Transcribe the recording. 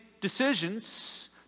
decisions